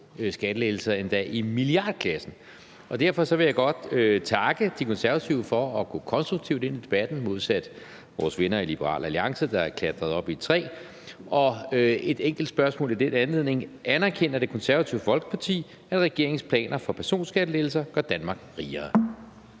skattelettelser, endda i milliardklassen. Derfor vil jeg godt takke De Konservative for at gå konstruktivt ind i debatten modsat vores venner i Liberal Alliance, der er klatret op i et træ. Jeg vil stille et enkelt spørgsmål i den anledning: Anerkender Det Konservative Folkeparti, at regeringens planer for personskattelettelser gør Danmark rigere?